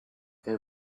they